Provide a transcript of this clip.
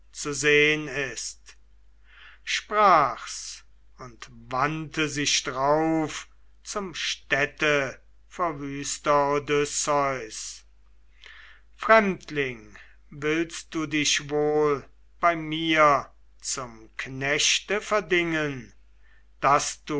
zu sehn ist sprach's und wandte sich drauf zum städteverwüster odysseus fremdling willst du dich wohl bei mir zum knechte verdingen daß